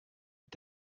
mit